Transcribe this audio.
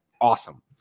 awesome